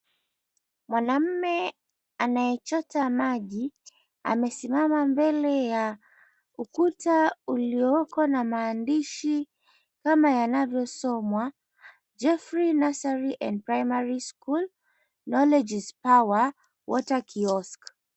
Mwanaume anaye chota maji amesimama mbele ya ukuta ulioko na maandishi kama yanavyo somwa, Jafferey Nursery and Primary School, Knowledge Is Power, Water Kiosk.